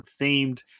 themed